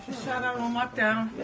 shout out on on lockdown.